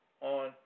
on